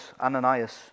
Ananias